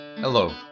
Hello